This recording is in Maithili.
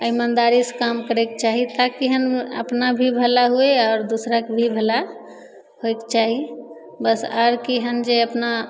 आओर ईमानदारीसँ काम करयके चाही ताकि एहन अपना भी भला होइ आर दूसराके भी भला होइके चाही बस आर कि एहन जे अपना